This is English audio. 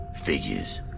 Figures